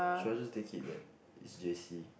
should I just take it that is J_C